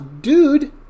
dude